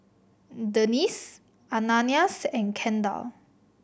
Dennis Ananias and Kendall